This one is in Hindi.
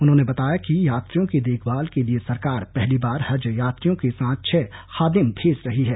उन्होंने बताया कि यात्रियों की देखभाल के लिए सरकार पहली बार हज यात्रियों के साथ छह खादिम भेज रही है